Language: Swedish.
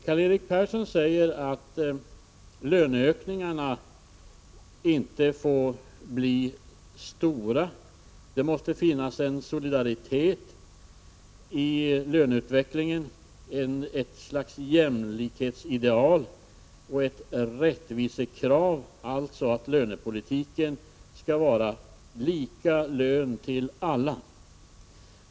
” Karl-Erik Persson säger att löneskillnaderna inte får bli stora, att det måste finnas en solidaritet i löneutvecklingen, ett slags jämlikhetsideal, och att det är ett rättvisekrav att lönepolitiken skall vara lika lön till alla.